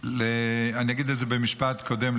אני אגיד את זה במשפט קודם,